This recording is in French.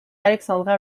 alexandra